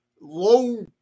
low